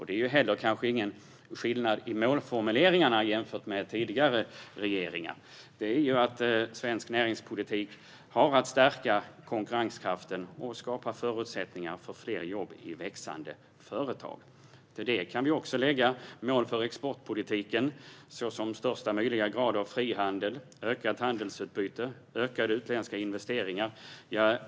Det är kanske heller ingen skillnad i målformuleringarna jämfört med tidigare regeringar. Det handlar om att svensk näringspolitik har att stärka konkurrenskraften och skapa förutsättningar för fler jobb i växande företag. Till det kan även läggas mål för exportpolitiken, såsom största möjliga grad av frihandel, ökat handelsutbyte och ökade utländska investeringar.